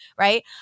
Right